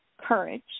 courage